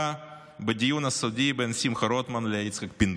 בדיון הסודי בין שמחה רוטמן ליצחק פינדרוס.